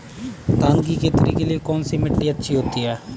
धान की खेती के लिए कौनसी मिट्टी अच्छी होती है?